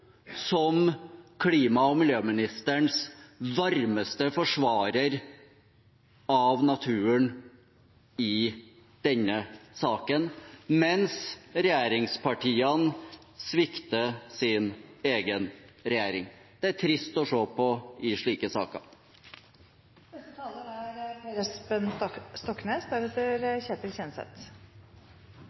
som klima- og miljøministerens varmeste forsvarer av naturen, mens regjeringspartiene svikter sin egen regjering. Det er trist å se i slike